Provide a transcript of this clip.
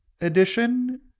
edition